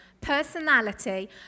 personality